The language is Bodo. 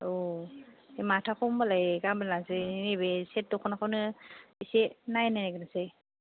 औ बे माथाखौ होनबालाय गाबोन लानसै नैबे सेथ दख'नाखौनो एसे नायनायग्रोसै